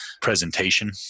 presentation